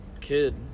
kid